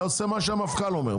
אתה עושה מה שהמפכ"ל אומר.